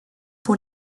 pour